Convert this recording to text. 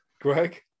Greg